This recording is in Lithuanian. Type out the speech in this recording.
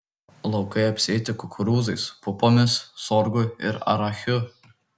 laukai apsėti kukurūzais pupomis sorgu ir arachiu